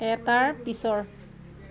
এটাৰ পিছৰ